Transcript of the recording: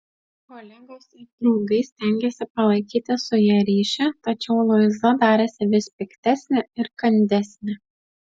kolegos ir draugai stengėsi palaikyti su ja ryšį tačiau luiza darėsi vis piktesnė ir kandesnė